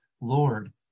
Lord